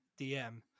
dm